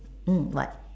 um what